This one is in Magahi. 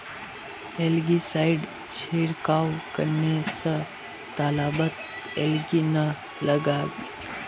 एलगी साइड छिड़काव करने स तालाबत एलगी नी लागबे